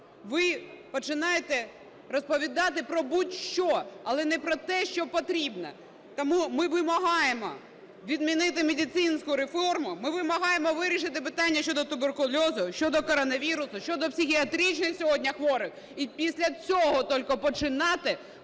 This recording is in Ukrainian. ви починаєте розповідати про будь-що, але не про те, що потрібно. Тому ми вимагаємо відмінити медицинскую реформу, ми вимагаємо вирішити питання щодо туберкульозу, щодо коронавірусу, щодо психіатричних сьогодні хворих. І після цього тільки починати